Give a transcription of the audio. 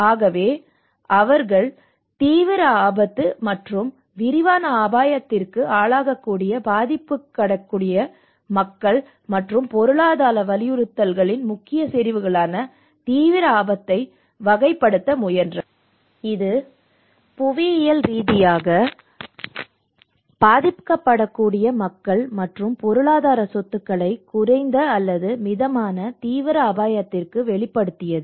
ஆகவே அவர்கள் தீவிர ஆபத்து மற்றும் விரிவான அபாயத்திற்கு ஆளாகக்கூடிய பாதிக்கப்படக்கூடிய மக்கள் மற்றும் பொருளாதார வலியுறுத்தல்களின் முக்கிய செறிவுகளான தீவிர ஆபத்தை வகைப்படுத்த முயன்றனர் இது புவியியல் ரீதியாக பாதிக்கப்படக்கூடிய மக்கள் மற்றும் பொருளாதார சொத்துக்களை குறைந்த அல்லது மிதமான தீவிர அபாயத்திற்கு வெளிப்படுத்தியது